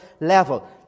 level